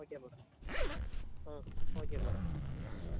okay madam ah okay madam ah